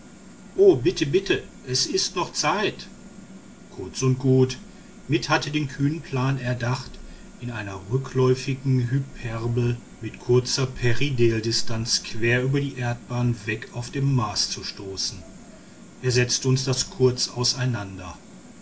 o bitte bitte es ist noch zeit kurz und gut mitt hatte den kühnen plan erdacht in einer rückläufigen hyperbel mit kurzer periheldistanz quer über die erdbahn weg auf den mars zu stoßen er setzte uns das kurz auseinander